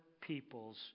people's